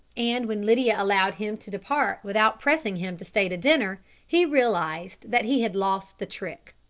and when lydia allowed him to depart without pressing him to stay to dinner he realised that he had lost the trick.